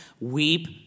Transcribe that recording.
weep